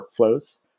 workflows